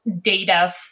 data